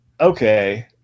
okay